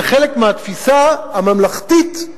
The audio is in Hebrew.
זה חלק מהתפיסה הממלכתית,